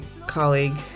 colleague